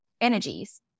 energies